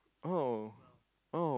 oh oh